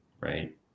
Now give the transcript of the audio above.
Right